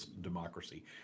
democracy